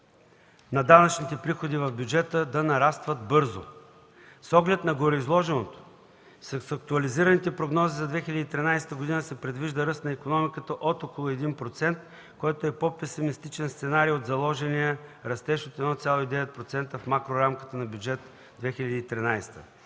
на данъчните приходи в бюджета, да нарастват бързо. С оглед на гореизложеното, с актуализираните прогнози за 2013 г. се предвижда ръст на икономиката от около 1%, който е по-песимистичен сценарий от заложения растеж от 1,9% в макрорамката към Бюджет 2013.